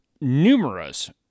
numerous